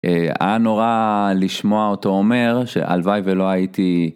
היה נורא לשמוע אותו אומר שהלוואי ולא הייתי...